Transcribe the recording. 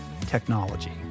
technology